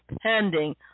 pending